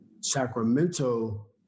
Sacramento